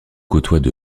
côtoient